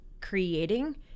creating